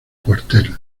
cuartel